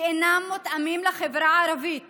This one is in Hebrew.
שאינם מותאמים לחברה הערבית